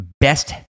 best